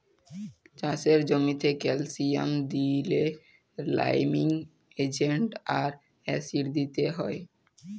চাষের জ্যামিতে ক্যালসিয়াম দিইলে লাইমিং এজেন্ট আর অ্যাসিড দিতে হ্যয়